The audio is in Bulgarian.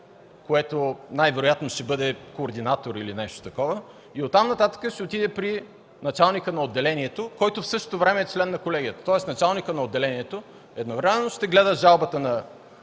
което най-вероятно ще бъде координатор или нещо такова, и от там нататък ще отиде при началника на отделението, който в същото време е член на колегията. Тоест началникът на отделението едновременно ще гледа жалбата на